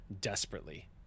desperately